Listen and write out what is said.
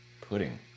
Pudding